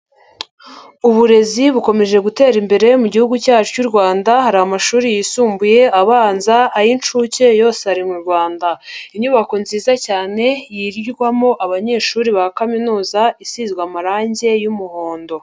Uburezi bukomeje gutera imbere mu Gihugu cyacu cy'u Rwanda, hari amashuri yisumbuye, abanza, ay'inshuke yose ari mu Rwanda. Inyubako nziza cyane yigirwamo abanyeshuri ba kaminuza, isizwe amarangi y'umuhondo.